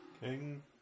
King